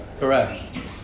Correct